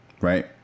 right